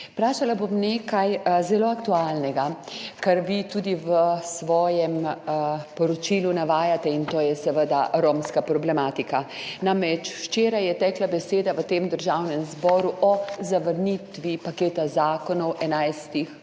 Vprašala bom nekaj zelo aktualnega, kar vi tudi v svojem poročilu navajate, in to je seveda romska problematika. Namreč, včeraj je tekla beseda v Državnem zboru o zavrnitvi paketa zakonov 11